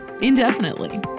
indefinitely